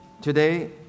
Today